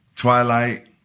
Twilight